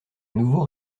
nouveau